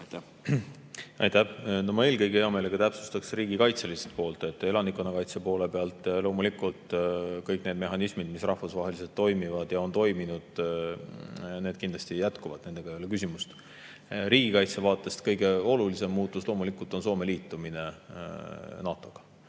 Aitäh! No ma eelkõige hea meelega täpsustataks riigikaitselist poolt. Elanikkonnakaitse poole pealt loomulikult kõik need mehhanismid, mis rahvusvaheliselt toimivad ja on toiminud, kindlasti jätkuvad. Nendega ei ole küsimust. Riigikaitse vaatest kõige olulisem muutus loomulikult on Soome liitumine NATO-ga.